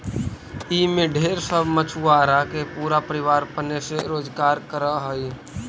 ई में ढेर सब मछुआरा के पूरा परिवार पने से रोजकार कर हई